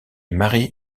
mary